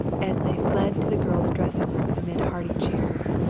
as they fled to the girls' dressing room amid hearty cheers.